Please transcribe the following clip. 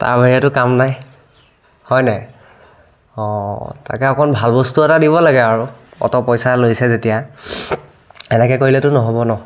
তাৰ বাহিৰেতো কাম নাই হয়নে অঁ তাকে অকণ ভাল বস্তু এটা দিব লাগে আৰু অত পইচা লৈছে যেতিয়া এনেকৈ কৰিলেতো নহ'ব ন